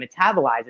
metabolizes